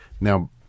Now